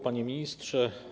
Panie Ministrze!